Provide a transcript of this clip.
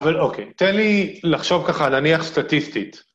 אבל אוקיי, תן לי לחשוב ככה, נניח סטטיסטית.